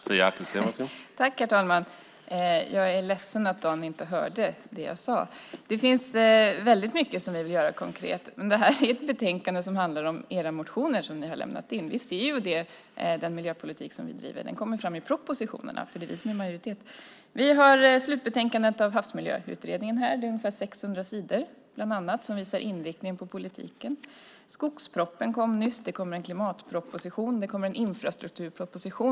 Herr talman! Jag är ledsen att Dan Nilsson inte hörde det som jag sade. Det finns väldigt mycket som vi vill göra konkret. Men detta är ett betänkande som handlar om de motioner som ni har väckt. Den miljöpolitik som vi bedriver kommer fram i propositionerna eftersom det är vi som är i majoritet. Vi har bland annat slutbetänkandet från Havsmiljöutredningen här. Det är ungefär 600 sidor. Den visar inriktningen på politiken. Skogspropositionen kom nyligen. Det kommer en klimatproposition. Det kommer en infrastrukturproposition.